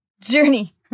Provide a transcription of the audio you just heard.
Journey